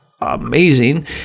amazing